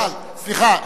סליחה,